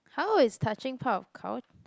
how is touching part of cul~